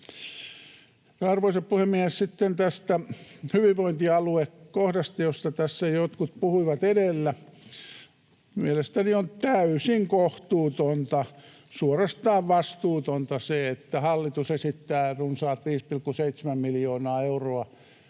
Arvoisa puhemies! Sitten tästä hyvinvointialuekohdasta, josta tässä jotkut puhuivat edellä. Mielestäni on täysin kohtuutonta ja suorastaan vastuutonta se, että hallitus esittää runsaat 5,7 miljoonaa euroa